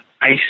ice